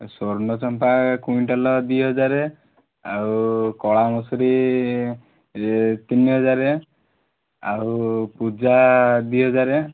ସ୍ୱର୍ଣ୍ଣଚମ୍ପା quintal ଦୁଇହଜାର ଆଉ କଳା ମଶୁରି ତିନିହଜାର ଆଉ ପୂଜା ଦୁଇହଜାର